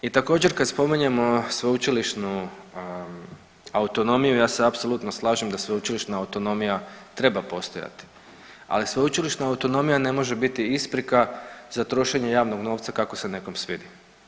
I također, kad spominjemo sveučilišnu autonomiju, ja se apsolutno slažem da sveučilišna autonomija treba postojati, ali sveučilišna autonomija ne može biti isprika za trošenje javnog novca kako se nekom svidi.